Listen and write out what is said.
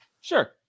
sure